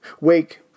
Wake